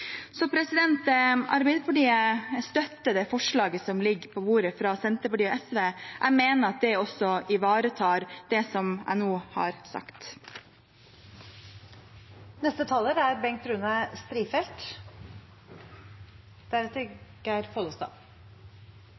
Arbeiderpartiet støtter det forslaget som ligger på bordet fra Senterpartiet og SV. Jeg mener at det også ivaretar det jeg nå har sagt.